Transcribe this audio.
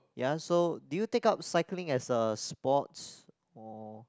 ya so do you take up cycling as a sports or